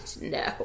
No